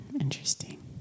Interesting